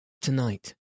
Tonight